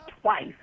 twice